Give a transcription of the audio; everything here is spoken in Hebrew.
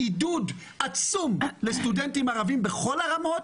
יש עידוד עצום לסטודנטים ערבים בכל הרמות.